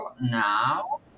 now